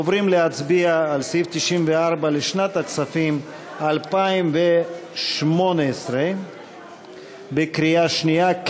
עוברים להצביע על סעיף 94 לשנת הכספים 2018 בקריאה שנייה.